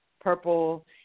purple